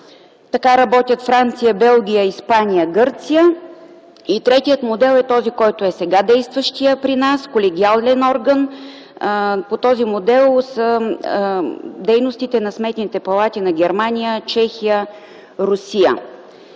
Така работят Франция, Белгия, Испания, Гърция. И третият модел е този, който е сега действащият при нас – колегиален орган. По този модел са дейностите на сметните палати на Германия, Чехия и Русия.